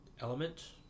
Element